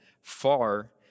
far